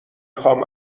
خوام